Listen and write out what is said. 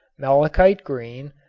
malachite green,